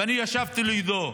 ואני ישבתי לידו.